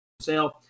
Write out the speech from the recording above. sale